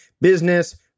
business